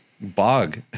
bog